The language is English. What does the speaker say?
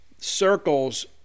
circles